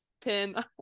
pin